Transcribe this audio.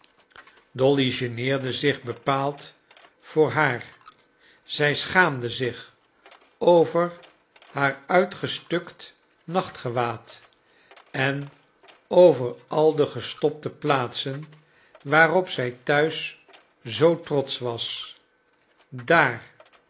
dolly geneerde zich bepaald voor haar zij schaamde zich over haar uitgestukt nachtgewaad en over al de gestopte plaatsen waarop zij thuis zoo trotsch was daar